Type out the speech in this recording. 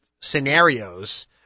scenarios